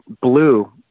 blue